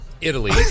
Italy